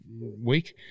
Week